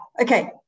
okay